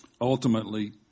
Ultimately